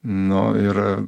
nu ir